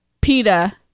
PETA